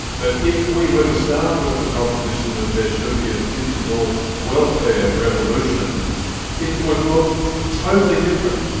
that if we were to start with the proposition that there should be a digital welfare revolution it would look totally different.